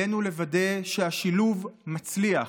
עלינו לוודא שהשילוב מצליח.